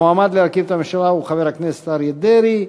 המועמד להרכיב את הממשלה הוא חבר הכנסת אריה דרעי.